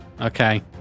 Okay